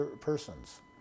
persons